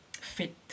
fit